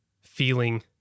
feeling